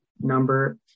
Number